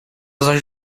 zaś